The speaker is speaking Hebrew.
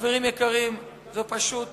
חברים יקרים, זה פשוט